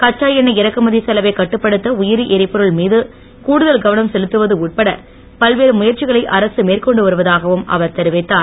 கச்ச எண்ணெய் இறக்குமதி செலவைக் கட்டுப்படுத்த உயிரி எரிபொருள் மீது கூடுதல் கவனம் செலுத்துவது உட்பட பல்வேறு முயற்சிகளை அரசு மேற்கொண்டு வருவதாகவும் அவர் தெரிவித்தார்